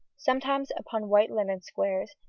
sometimes upon white linen squares,